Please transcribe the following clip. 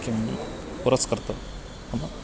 किम् पुरस्कृतं नाम